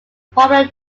popular